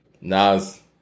Nas